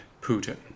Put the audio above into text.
Putin